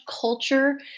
culture